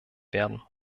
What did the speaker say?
werden